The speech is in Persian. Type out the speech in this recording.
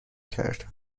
کرد